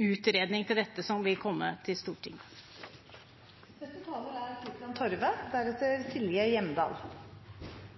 utredning, som vil komme til Stortinget. NRKs sterke og viktige posisjon som aktør for å sikre demokratiske, sosiale og kulturelle behov i Norge er